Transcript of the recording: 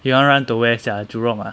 he want run to where sia jurong ah